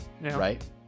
right